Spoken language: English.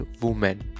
woman